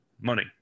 money